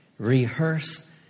rehearse